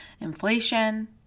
Inflation